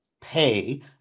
pay